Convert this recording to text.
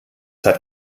hat